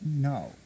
No